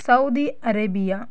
Saudi Arabia